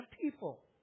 people